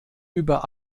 über